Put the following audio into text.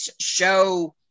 show